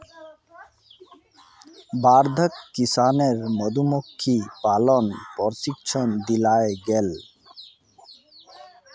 वर्धाक किसानेर मधुमक्खीर पालनत प्रशिक्षण दियाल गेल